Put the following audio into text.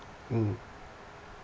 mmhmm